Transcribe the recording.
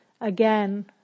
Again